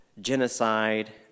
genocide